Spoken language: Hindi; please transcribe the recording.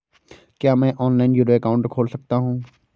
क्या मैं ऑनलाइन जीरो अकाउंट खोल सकता हूँ?